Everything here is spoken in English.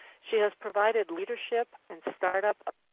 she has provided leadership and startup